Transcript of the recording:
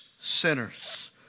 sinners